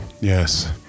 yes